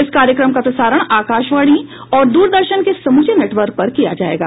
इस कार्यक्रम का प्रसारण आकाशवाणी और दूरदर्शन के समूचे नेटवर्क पर किया जायेगा